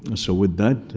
so with that,